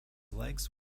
legs